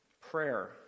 prayer